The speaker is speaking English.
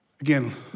Again